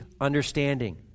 understanding